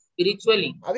Spiritually